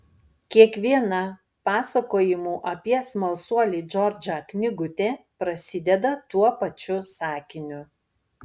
kiekviena pasakojimų apie smalsuolį džordžą knygutė prasideda tuo pačiu sakiniu